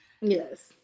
Yes